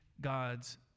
God's